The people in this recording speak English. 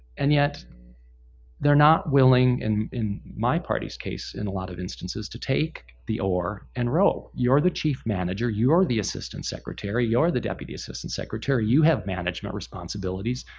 and yet they're not willing and in my party's case in a lot of instances to take the oar and row. you're the chief manager. you're the assistant secretary. you're the deputy assistant secretary. you have management responsibilities.